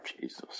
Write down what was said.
Jesus